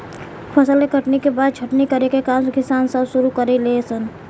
फसल के कटनी के बाद छटनी करे के काम किसान सन शुरू करे ले सन